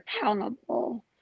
accountable